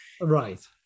right